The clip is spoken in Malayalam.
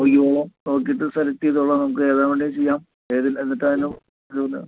ഒയ്യോളം നോക്കീട്ട് സെലക്ട് ചെയ്തോളാം നമുക്ക് ഏതാ വേണ്ടത് ചെയ്യാം എന്നിട്ടതിന് ഒതുകുന്ന